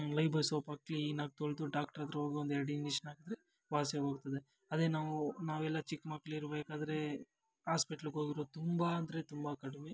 Lifebuoy ಸೋಪಾಕಿ ಕ್ಲೀನಾಗಿ ತೊಳೆದು ಡಾಕ್ಟ್ರ ಹತ್ರ ಹೋಗ್ ಒಂದೆರಡು ಇಂಜೆಶ್ನ್ ಹಾಕದ್ರೆ ವಾಸಿಯಾಗೋಗ್ತದೆ ಅದೇ ನಾವು ನಾವೆಲ್ಲ ಚಿಕ್ಕ ಮಕ್ಳಿರ್ಬೇಕಾದ್ರೆ ಆಸ್ಪೆಟ್ಲಗೋಗಿರೋದು ತುಂಬ ಅಂದರೆ ತುಂಬ ಕಡಿಮೆ